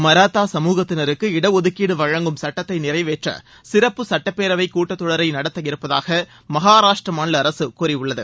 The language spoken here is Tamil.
மராத்தா சமூகத்தினருக்கு இடஒதுக்கீடு வழங்கும் சுட்டத்தை நிறைவேற்ற சிறப்பு சட்டப்பேரவைக் கூட்டத்தொடரை நடத்த இருப்பதாக மகாராஷ்டிர மாநில அரசு கூறியுள்ளது